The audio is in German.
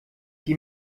die